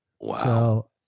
Wow